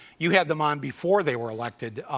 you've had them on before they were elected.